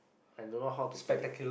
I don't know how to put it